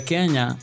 Kenya